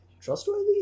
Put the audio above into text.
trustworthy